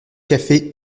café